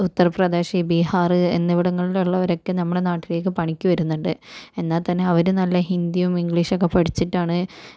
ഉത്തർ പ്രദേശ് ബിഹാർ എന്നിവിടങ്ങളിൽ ഉള്ളവരൊക്കെ നമ്മള നാട്ടിലേക്ക് പണിക്ക് വരുന്നുണ്ട് എന്നാൽ തന്നെ അവര് നല്ല ഹിന്ദിയും ഇംഗ്ലീഷ് ഒക്കെ പഠിച്ചിട്ടാണ്